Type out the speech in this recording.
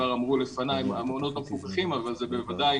דבר שאמרו כבר לפני המעונות המפוקחים אבל זה בוודאי